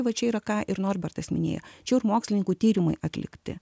va čia yra ką ir norbertas minėjo čia jau ir mokslininkų tyrimai atlikti